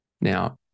Now